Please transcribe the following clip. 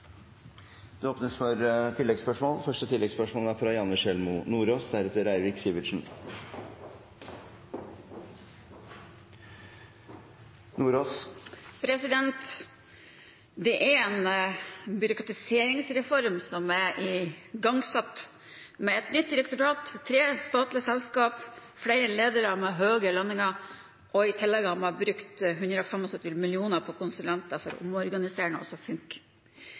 Det åpnes for oppfølgingsspørsmål – først Janne Sjelmo Nordås. Det er en byråkratiseringsreform som er igangsatt – med et nytt direktorat, tre statlige selskaper, flere ledere med høye lønninger, og i tillegg har man brukt 175 mill. kr på konsulenter for